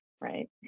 right